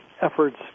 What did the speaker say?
efforts